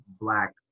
black